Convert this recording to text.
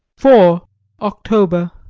four october.